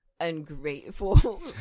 ungrateful